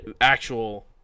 actual